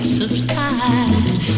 subside